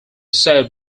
said